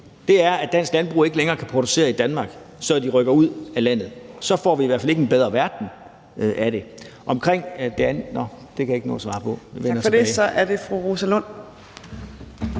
ske, er, at dansk landbrug ikke længere kan producere i Danmark, så de rykker ud af landet. Så får vi i hvert fald ikke en bedre verden af det. Omkring det andet ... nå, det kan jeg ikke nå at svare på. Vi vender tilbage.